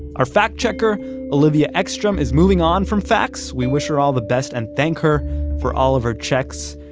our fact-checker olivia exstrum is moving on from facts. we wish her all the best and thank her for all of her checks.